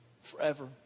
Forever